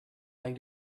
like